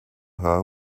her